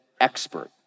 expert